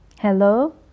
Hello